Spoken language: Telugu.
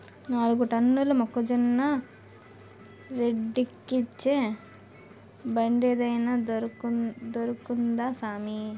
నాలుగు టన్నుల మొక్కజొన్న రోడ్డేక్కించే బండేదైన దొరుకుద్దా సామీ